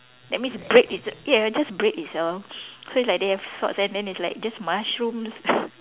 that means bread is j~ ya just bread itself so it's like they have sauce and then it's like just mushrooms